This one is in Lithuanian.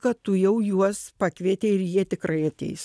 kad tu jau juos pakvietei ir jie tikrai ateis